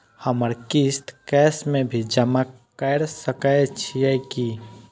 हमर किस्त कैश में भी जमा कैर सकै छीयै की?